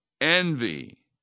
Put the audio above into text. envy